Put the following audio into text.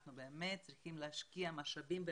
אנחנו באמת צריכים להשקיע משאבים,